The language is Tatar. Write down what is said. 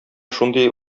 шундый